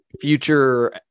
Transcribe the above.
future